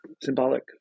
symbolic